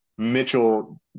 Mitchell